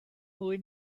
mwy